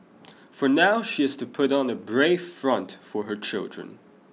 for now she has to put on a brave front for her children